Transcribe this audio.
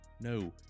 No